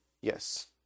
Yes